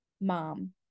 mom